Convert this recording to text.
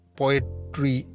poetry